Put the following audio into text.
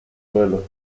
suelo